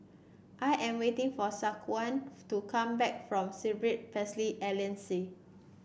I am waiting for Shaquana to come back from Cerebral Palsy Alliance